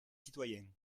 citoyen